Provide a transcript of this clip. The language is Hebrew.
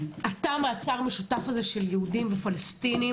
תא המעצר המשותף ליהודים ופלסטינים